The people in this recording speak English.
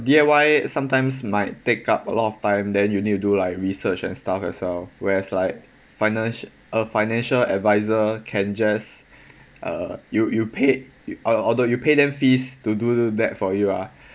D_I_Y sometimes might take up a lot of time then you need to do like research and stuff as well whereas like finan~ a financial advisor can just uh you you paid although you pay them fees to do that for you ah